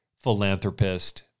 philanthropist